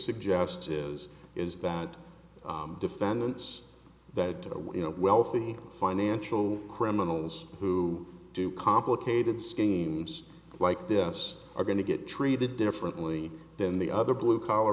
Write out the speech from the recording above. suggests is is that defendants that you know wealthy financial criminals who do complicated schemes like this are going to get treated differently than the other blue collar